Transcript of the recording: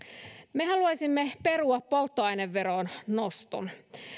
me haluaisimme perua polttoaineveron noston